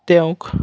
তেওঁক